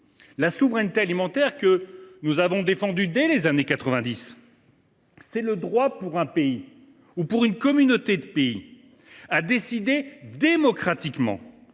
La souveraineté alimentaire que nous défendons depuis les années 1990, c’est le droit pour un pays ou pour une communauté de pays de décider démocratiquement